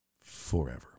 forever